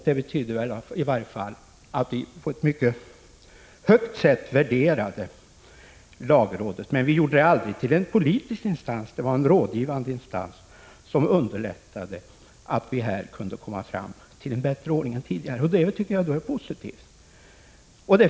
Det betyder i varje fall att vi mycket högt värderade lagrådet. Men vi gjorde aldrig lagrådet till en politisk instans. Det var en rådgivande instans, som underlättade för oss att komma fram till en bättre ordning än tidigare. Det tycker jag är positivt.